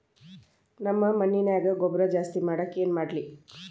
ನಮ್ಮ ಮಣ್ಣಿನ್ಯಾಗ ಗೊಬ್ರಾ ಜಾಸ್ತಿ ಮಾಡಾಕ ಏನ್ ಮಾಡ್ಲಿ?